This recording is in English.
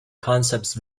concepts